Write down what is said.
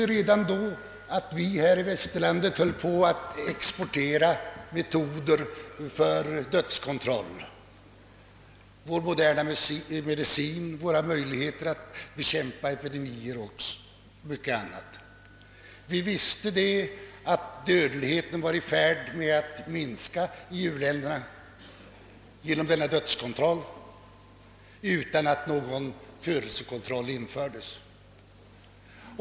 Redan då höll Västerlandet på att exportera metoder för dödskontroll: vår moderna medicin, våra metoder att bekämpa epidemier och mycket annat. Vi visste att genom denna dödskontroll dödligheten kraftigt höll på att minska i u-länderna utan att någon födelsekontroll infördes.